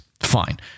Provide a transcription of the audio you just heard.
Fine